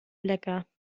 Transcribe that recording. lecker